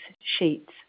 sheets